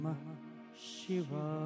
Shiva